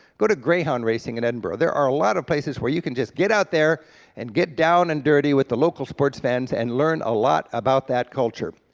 go to greyhound racing in edinburgh, there are a lot of places where you can just get out there and get down and dirty with the local sports fans, and learn a lot about that culture.